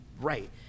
right